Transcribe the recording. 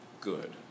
good